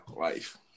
life